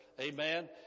Amen